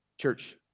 Church